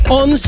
on